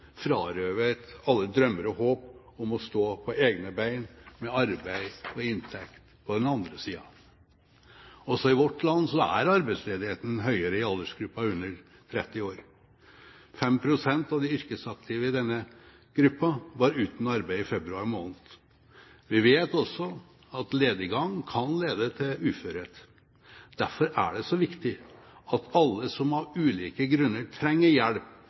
frarøvet alle drømmer og håp om å stå på egne bein med arbeid og inntekt på den andre siden. Også i vårt land er arbeidsledigheten høyere i aldersgruppen under 30 år. 5 pst. av de yrkesaktive i denne aldersgruppen var uten arbeid i februar måned. Vi vet også at lediggang kan lede til uførhet. Derfor er det så viktig at alle som av ulike grunner trenger hjelp